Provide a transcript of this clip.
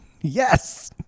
Yes